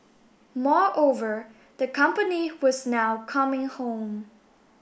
moreover the company was now coming home